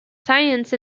science